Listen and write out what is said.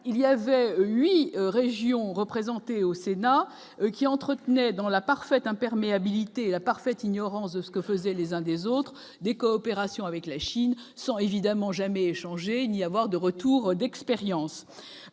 il y avait 8 régions représentées au Sénat, qui entretenait dans la parfaite imperméabilité la parfaite ignorance de ce que faisaient les uns des autres, des coopérations avec la Chine sont évidemment jamais changé ni avoir de retour d'expérience,